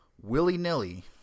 willy-nilly